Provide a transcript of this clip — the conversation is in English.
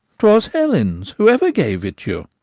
twas helen's, whoever gave it you.